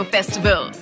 Festival